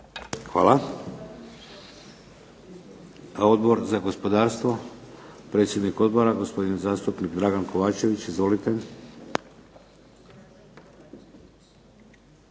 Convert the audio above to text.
Hvala. Odbor za gospodarstvo, predsjednik odbora gospodin zastupnik Dragan Kovačević. Izvolite.